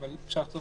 אני חושב